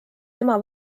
ema